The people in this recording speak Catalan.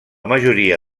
majoria